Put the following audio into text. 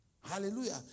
Hallelujah